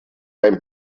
dein